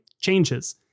changes